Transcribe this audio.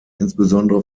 insbesondere